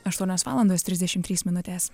aštuonios valandos trisdešimt trys minutės